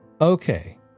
Okay